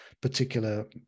particular